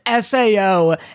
SAO